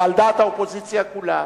ועל דעת האופוזיציה כולה,